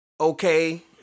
okay